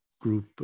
group